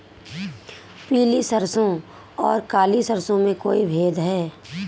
पीली सरसों और काली सरसों में कोई भेद है?